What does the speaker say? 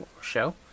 show